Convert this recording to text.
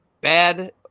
bad